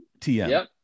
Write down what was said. TM